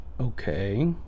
Okay